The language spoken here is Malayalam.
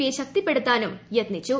യെ ശക്തിപ്പെടുത്താനും യത്നിച്ചു